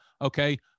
okay